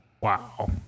Wow